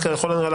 ככל הנראה,